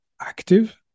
active